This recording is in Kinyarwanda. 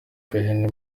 gahini